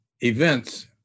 events